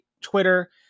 Twitter